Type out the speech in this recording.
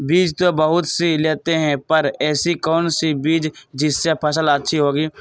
बीज तो बहुत सी लेते हैं पर ऐसी कौन सी बिज जिससे फसल अच्छी होगी?